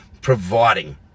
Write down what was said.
providing